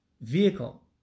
vehicle